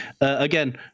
again